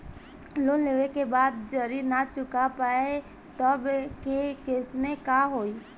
Loan लेवे के बाद जड़ी ना चुका पाएं तब के केसमे का होई?